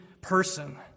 person